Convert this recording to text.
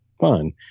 fun